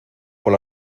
por